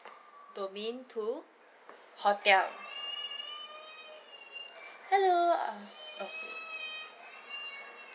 domain two hotel hello uh oh